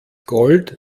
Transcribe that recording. gold